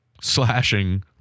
slashing